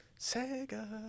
Sega